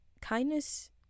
kindness